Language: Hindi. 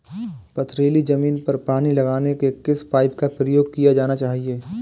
पथरीली ज़मीन पर पानी लगाने के किस पाइप का प्रयोग किया जाना चाहिए?